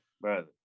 brother